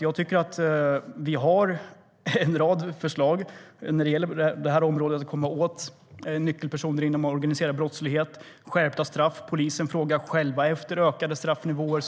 Jag tycker att vi har en rad förslag på det här området för att komma åt nyckelpersoner inom organiserad brottslighet. Det handlar om skärpta straff. Polisen frågar själv efter ökade straffnivåer.